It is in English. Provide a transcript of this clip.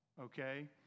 okay